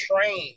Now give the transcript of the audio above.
train